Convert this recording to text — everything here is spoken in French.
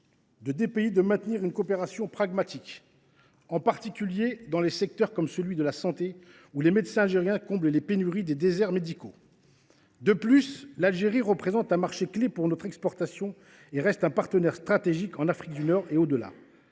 deux pays de maintenir une coopération pragmatique, en particulier dans des secteurs comme celui de la santé, des médecins algériens permettant de combler les pénuries dans les déserts médicaux. De plus, l’Algérie représente un marché important pour nos exportations et reste un partenaire stratégique en Afrique du Nord et au delà.